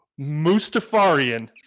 Mustafarian